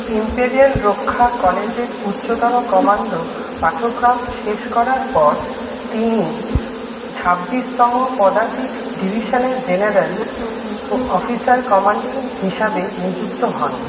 imperial রক্ষা কলেজের উচ্চতর কমান্ড পাঠ্যক্রম শেষ করার পর তিনি ছাব্বিশতম পদাতিক ডিভিশানের জেনারেল অফিসার কমান্ডিং হিসাবে নিযুক্ত হন